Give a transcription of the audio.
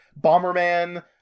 Bomberman